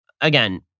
again